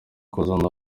kuzana